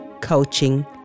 coaching